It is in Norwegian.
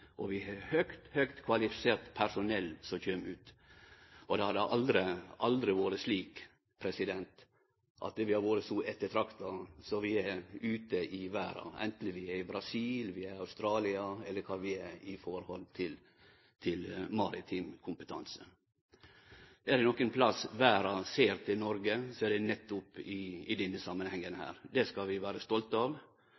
Og vi har høgt, høgt kvalifisert personell som kjem ut. Vi har aldri vore så ettertrakta som vi no er ute i verda, anten vi er i Brasil, i Australia eller kvar vi er, når det gjeld maritim kompetanse. Er det nokon plass verda ser til Noreg, så er det nettopp i denne samanhengen.